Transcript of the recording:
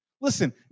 Listen